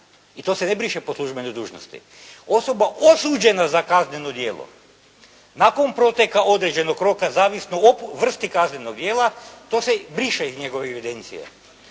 i to se ne briše po službenoj dužnosti. Osoba osuđena za kazneno djelo nakon proteka određenog roka zavisno o vrsti kaznenog djela, to se briše iz njegove evidencije